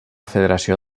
federació